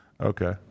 Okay